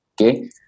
Okay